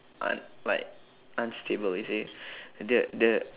un~ like unstable you see the the